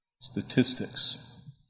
statistics